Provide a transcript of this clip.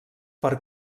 per